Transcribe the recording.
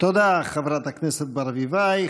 תודה, חברת הכנסת ברביבאי.